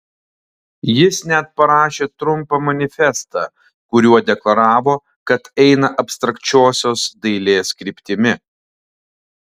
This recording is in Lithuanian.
jis net parašė trumpą manifestą kuriuo deklaravo kad eina abstrakčiosios dailės kryptimi